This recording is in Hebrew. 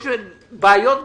יש בעיות גדולות,